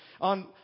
on